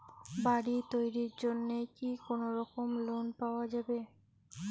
বাড়ি তৈরির জন্যে কি কোনোরকম লোন পাওয়া যাবে?